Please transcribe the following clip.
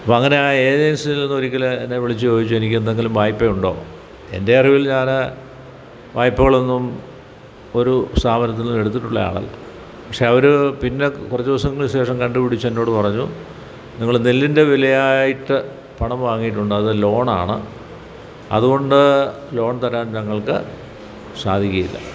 അപ്പങ്ങനെ ഏജൻസികളിൽ നിന്ന് ഒരിക്കൽ ചോദിച്ച് എനിക്കെന്തെങ്കിലും വായ്പയുണ്ടോ എൻ്റെ അറിവിൽ ഞാൻ വായ്പകളൊന്നും ഒരു സ്ഥാപനത്തിൽ നിന്നും എടുത്തിട്ടുള്ള ആളല്ല പക്ഷേ അവർ പിന്നെ കുറച്ച് ദിവസങ്ങൾക്കു ശേഷം കണ്ടു പിടിച്ചെന്നോടു പറഞ്ഞൂ നിങ്ങൾ നെല്ലിൻ്റെ വിലയായിട്ടു പണം വാങ്ങിയിട്ടുണ്ടത് ലോണാണ് അതുകൊണ്ട് ലോൺ തരാൻ ഞങ്ങൾക്കു സാധിക്കുകയില്ല